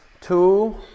Two